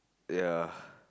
ya